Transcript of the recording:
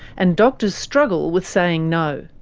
and doctors struggle with saying no,